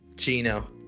Gino